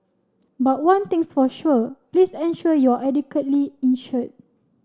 but one thing's for sure please ensure you are adequately insured